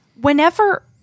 whenever